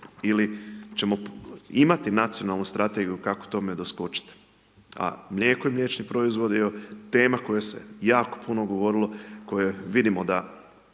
ili ćemo imati nacionalnu strategiju kako tome doskočiti a mlijeko i mliječni proizvodi, tema o kojoj se jako puno govorilo, o kojoj vidimo da